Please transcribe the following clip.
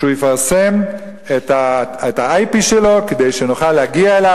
שהוא יפרסם את ה-IP שלו כדי שנוכל להגיע אליו